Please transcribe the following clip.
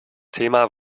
thema